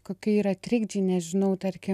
kokie yra trikdžiai nežinau tarkim